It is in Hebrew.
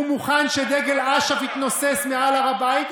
הוא מוכן שדגל אש"ף יתנוסס מעל הר הבית.